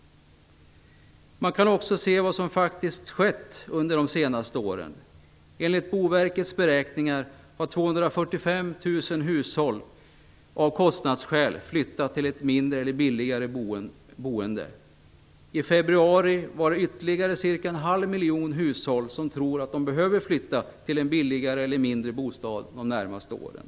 Man kan också se vad som faktiskt skett under de senaste åren. Enligt Boverkets beräkningar har 245 000 hushåll av kostnadsskäl flyttat till en mindre eller billigare bostad. I februari var det ytterligare ca en halv miljon hushåll som trodde att de måste flytta till en billigare eller mindre bostad de närmaste åren.